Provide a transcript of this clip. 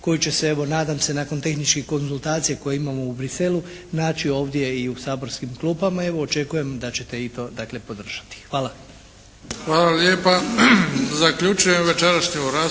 koji će se evo nadam se nakon tehničkih konzultacija koje imamo u Bruxellesu naći ovdje i u saborskim klupama. Evo očekujem da ćete i to dakle podržati. Hvala. **Bebić, Luka (HDZ)** Hvala lijepa. Zaključujem večerašnju raspravu.